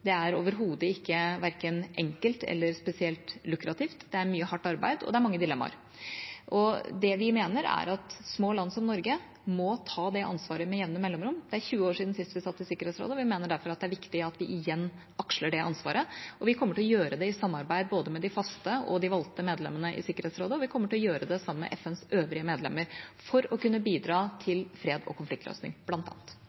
Det er overhodet ikke verken enkelt eller spesielt lukrativt. Det er mye hardt arbeid, og det er mange dilemmaer. Det vi mener, er at små land som Norge må ta det ansvaret med jevne mellomrom. Det er 20 år siden sist vi satt i Sikkerhetsrådet, og vi mener derfor det er viktig at vi igjen aksler det ansvaret. Vi kommer til å gjøre det i samarbeid med både de faste og de valgte medlemmene i Sikkerhetsrådet, og vi kommer til å gjøre det sammen med FNs øvrige medlemmer for å kunne bidra